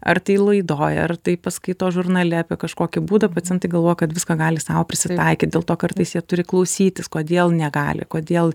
ar tai laidoj ar tai paskaito žurnale apie kažkokį būdą pacientai galvoja kad viską gali sau prisitaikyt dėl to kartais jie turi klausytis kodėl negali kodėl